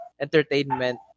entertainment